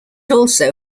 also